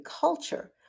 culture